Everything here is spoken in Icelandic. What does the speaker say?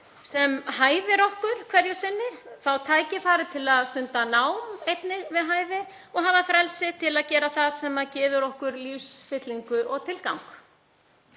sem hæfir okkur hverju sinni, fá einnig tækifæri til að stunda nám við hæfi og hafa frelsi til að gera það sem gefur okkur lífsfyllingu og tilgang.